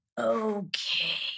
Okay